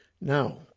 Now